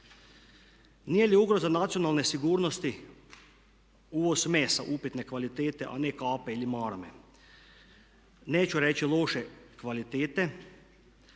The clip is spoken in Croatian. Nije li ugroza nacionalne sigurnosti uvoz mesa upitne kvalitete, a ne kape ili marame? Neću reći loše kvalitete,